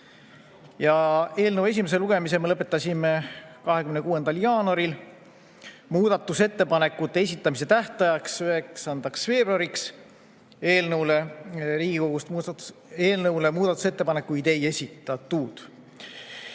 eurole. Eelnõu esimese lugemise me lõpetasime 26. jaanuaril. Muudatusettepanekute esitamise tähtajaks, 9. veebruariks eelnõu kohta Riigikogust muudatusettepanekuid ei esitatud.